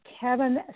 Kevin